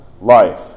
life